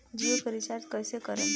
जियो के रीचार्ज कैसे करेम?